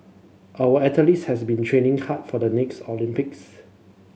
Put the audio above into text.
our athletes has been training hard for the next Olympics